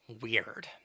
weird